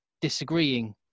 disagreeing